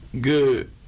good